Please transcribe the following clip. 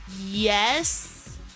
Yes